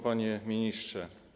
Panie Ministrze!